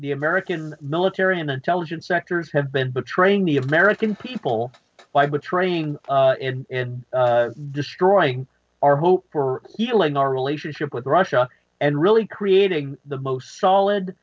the american military and intelligence sectors have been betraying the american people by betraying and destroying our hope for yelling our relationship with russia and really creating the most solid